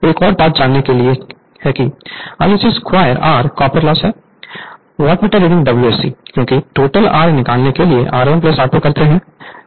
एक और बात जानने के लिए कि Isc2 R copper loss wattmeter reading WSC क्योंकि टोटल R निकालने के लिए R1R2 करते है